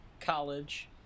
college